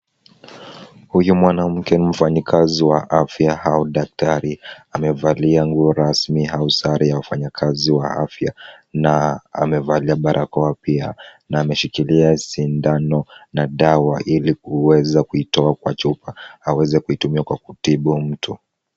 Huyu mwanamke mfanyikazi wa afya au daktari amevalia nguo rasmi au sare ya wafanyikazi wa afya na amevalia barakoa pia na ameshikilia sindano na dawa ili kuweza kuitoa kwa chupa aweze kuitumia kwa kutibu mtu.